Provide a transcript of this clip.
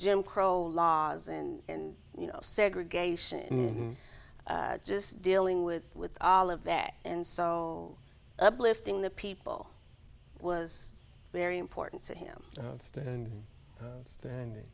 jim crow laws and you know segregation just dealing with with all of that and so uplifting the people was very important to him and